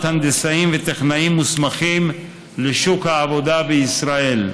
הנדסאים וטכנאים מוסמכים לשוק העבודה בישראל.